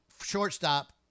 shortstop